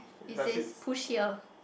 it says push here